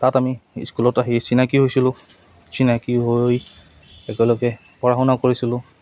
তাত আমি স্কুলত আহি চিনাকি হৈছিলোঁ চিনাকি হৈ একেলগে পঢ়া শুনা কৰিছিলোঁ